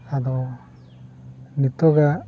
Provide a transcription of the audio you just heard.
ᱟᱫᱚ ᱱᱤᱛᱳᱜᱟᱜ